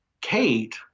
Kate